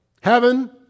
Heaven